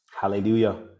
Hallelujah